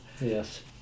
Yes